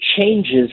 changes